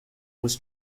was